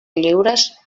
lliures